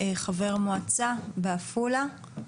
חבר מועצה בעפולה,